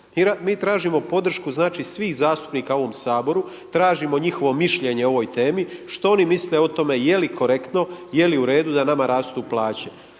Mi tražimo podršku svih zastupnika u ovom Saboru, tražimo njihovo mišljenje o ovoj temi, što oni misle o tome jeli korektno, jeli uredu da nama rastu plaće.